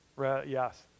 yes